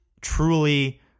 truly